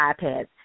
iPads